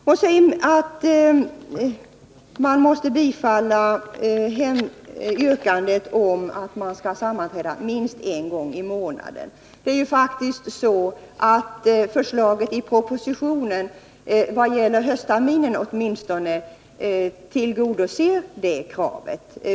Sedan vill jag beröra kravet på bifall till yrkandet om att sammanträden skall ske minst en gång i månaden. Det är faktiskt så att förslaget i propositionen, åtminstone vad gäller höstterminen, tillgodoser det kravet.